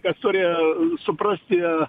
kas turi suprasti i